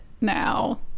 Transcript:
now